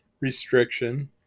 restriction